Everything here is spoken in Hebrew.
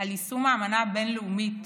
על היישום האמנה הבין-לאומית